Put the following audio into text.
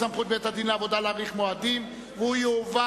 סמכות בית-הדין לעבודה להאריך מועדים להגשה),